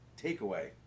takeaway